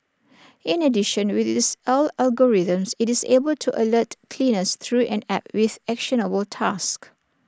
in addition with its AI algorithms IT is able to alert cleaners through an app with actionable tasks